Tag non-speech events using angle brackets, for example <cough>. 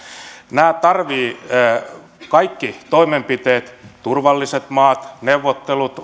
nämä tarvitsevat kaikki toimenpiteet turvalliset maat neuvottelut <unintelligible>